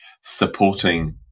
supporting